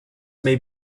may